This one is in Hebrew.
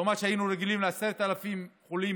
לעומת מה שהיינו רגילים, 10,000 חולים